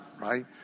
right